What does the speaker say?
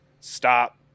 stop